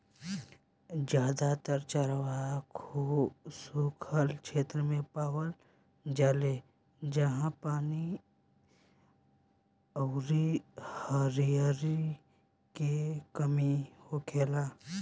जादातर चरवाह सुखल क्षेत्र मे पावल जाले जाहा पानी अउरी हरिहरी के कमी होखेला